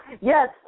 Yes